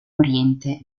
oriente